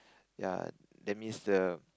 ya that means the